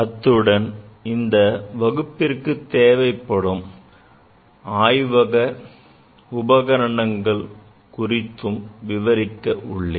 அத்துடன் இந்த படிப்பிற்கு தேவைப்படும் அடிப்படை ஆய்வக உபகரணங்கள் குறித்தும் விவரிக்க உள்ளேன்